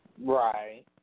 Right